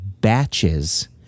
batches